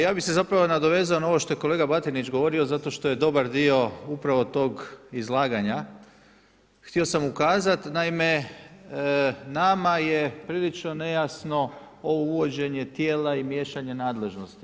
Ja bih se zapravo nadovezao na ovo što je kolega Batinić govorio zato što je dobar dio upravo tog izlaganja htio sam ukazat, naime nama je prilično nejasno ovo uvođenje tijela i miješanje nadležnosti.